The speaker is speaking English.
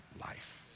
life